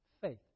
faith